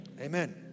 Amen